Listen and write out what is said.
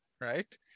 right